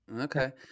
okay